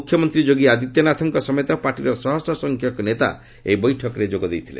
ମୁଖ୍ୟମନ୍ତ୍ରୀ ଯୋଗୀ ଆଦିତ୍ୟନାଥଙ୍କ ସମେତ ପାର୍ଟିର ଶହଶହ ସଂଖ୍ୟକ ନେତା ଏହି ବୈଠକରେ ଯୋଗ ଦେଇଥିଲେ